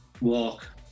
walk